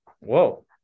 whoa